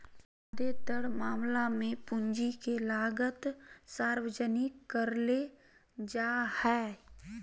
ज्यादातर मामला मे पूंजी के लागत सार्वजनिक करले जा हाई